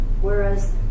Whereas